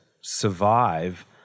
survive